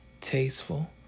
tasteful